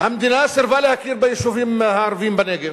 המדינה סירבה להכיר ביישובים הערביים בנגב,